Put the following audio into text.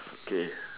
K